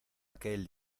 aquel